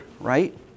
right